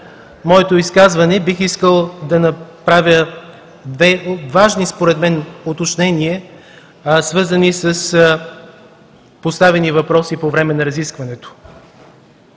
моето изказване бих искал да направя две важни според мен уточнения, свързани с поставени въпроси по време на разискването.